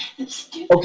Okay